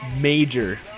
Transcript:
major